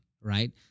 right